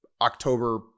October